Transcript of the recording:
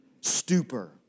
stupor